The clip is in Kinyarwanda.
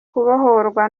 kubohorwa